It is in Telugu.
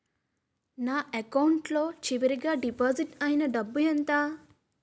నా అకౌంట్ లో చివరిగా డిపాజిట్ ఐనా డబ్బు ఎంత?